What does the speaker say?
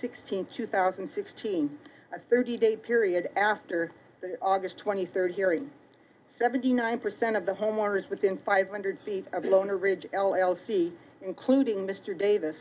sixteenth two thousand and sixteen a thirty day period after august twenty third hearing seventy nine percent of the homeowners within five hundred feet of the loan or ridge l l c including mr davis